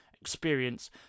experience